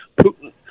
Putin